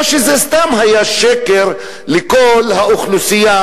או שזה סתם היה שקר לכל האוכלוסייה,